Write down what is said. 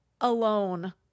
alone